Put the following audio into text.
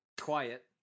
quiet